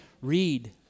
read